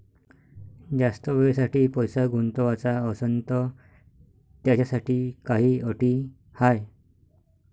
जास्त वेळेसाठी पैसा गुंतवाचा असनं त त्याच्यासाठी काही अटी हाय?